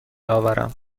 آورم